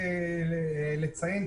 בתקנות,